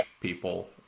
people